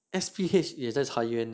S_P_H 也在裁员